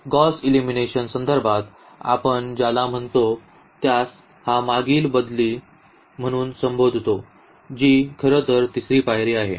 Gauss एलिमिनेशनच्या संदर्भात आपण ज्याला म्हणतो त्यास हा मागील बदली म्हणून संबोधतो जी खरतर तिसरी पायरी आहे